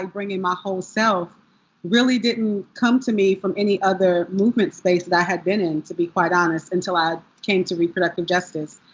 um bringing my whole self really didn't come to me from any other movement space that i had been in, to be quite honest, until i came to reproductive justice.